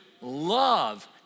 love